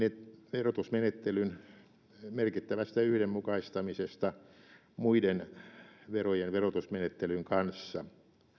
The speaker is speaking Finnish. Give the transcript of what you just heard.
verotusmenettelyn merkittävästä yhdenmukaistamisesta muiden verojen verotusmenettelyjen kanssa